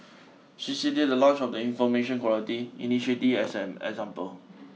she cited the launch of the information quality initiative as an example